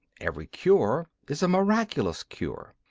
every cure is a miraculous cure.